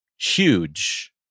huge